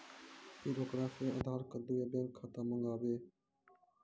फिर ओकरा से आधार कद्दू या बैंक खाता माँगबै?